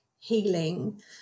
healing